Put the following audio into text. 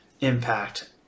impact